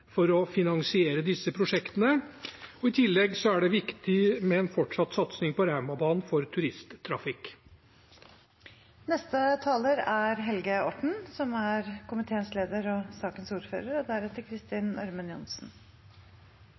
for å finansiere disse prosjektene. I tillegg er det viktig med en fortsatt satsing på Raumabanen for